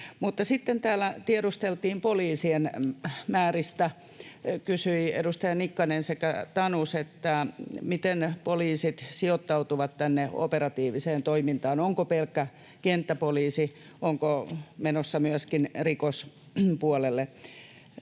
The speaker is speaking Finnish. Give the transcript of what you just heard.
Sitten täällä tiedusteltiin poliisien määristä. Edustajat Nikkanen sekä Tanus kysyivät, miten poliisit sijoittautuvat operatiiviseen toimintaan, onko pelkkä kenttäpoliisi, onko menossa myöskin rikospuolelle